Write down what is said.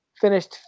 finished